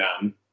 done